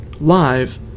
live